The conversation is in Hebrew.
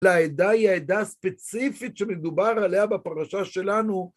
לעדה היא העדה הספציפית שמדובר עליה בפרשה שלנו.